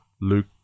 Luke